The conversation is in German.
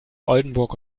oldenburg